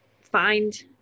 find